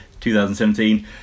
2017